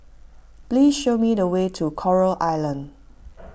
please show me the way to Coral Island